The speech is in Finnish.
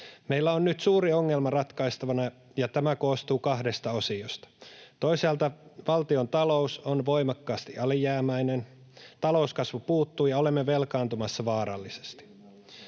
Meillä on nyt suuri ongelma ratkaistavana, ja tämä koostuu kahdesta osiosta. Toisaalta valtiontalous on voimakkaasti alijäämäinen, talouskasvu puuttuu, ja olemme velkaantumassa vaarallisesti.